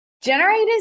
Generators